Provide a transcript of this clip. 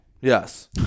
Yes